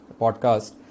podcast